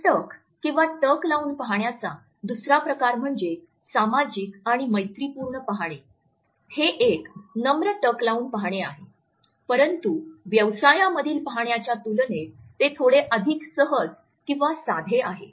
एकटक किंवा टक लावून पाहण्याचा दुसरा प्रकार म्हणजे सामाजिक आणि मैत्रीपूर्ण पाहणे हे एक नम्र टक लावून पाहणे आहे परंतु व्यवसायामधील पाहण्याच्या तुलनेत ते थोडे अधिक सहज किंवा साधे आहे